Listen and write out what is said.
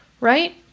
right